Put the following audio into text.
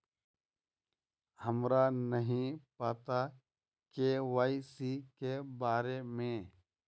हमरा नहीं पता के.वाई.सी के बारे में?